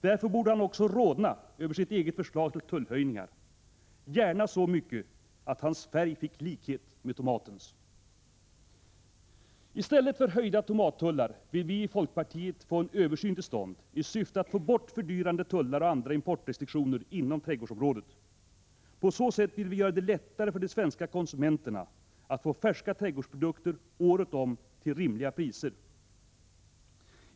Därför borde han också rodna över sitt eget förslag till tullhöjningar — gärna så mycket att hans färg fick likhet med tomatens! I stället för höjda tomattullar vill vi i folkpartiet få en översyn till stånd, i syfte att få bort fördyrande tullar och andra importrestriktioner inom trädgårdsområdet. På så sätt vill vi göra det lättare för de svenska konsumenterna att få färska trädgårdsprodukter året om till rimliga priser.